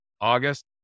August